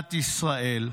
מדינת ישראל.